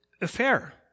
affair